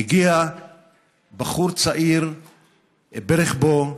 הגיע בחור צעיר ברכבו,